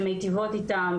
שמיטיבות איתם,